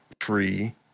free